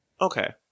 Okay